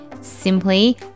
simply